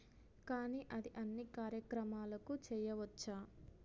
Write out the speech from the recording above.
కానీ అది అన్ని కార్యక్రమాలకు చెయ్యవచ్చా